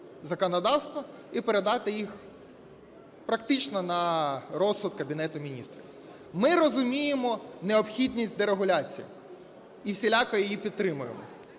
законодавства і передати їх практично на розсуд Кабінету Міністрів. Ми розуміємо необхідність дерегуляції і всіляко її підтримуємо.